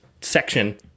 section